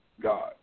God